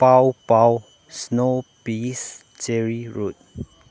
ꯄꯥꯎ ꯄꯥꯎ ꯏꯁꯅꯣ ꯄꯤꯁ ꯆꯦꯔꯤ ꯔꯨꯠ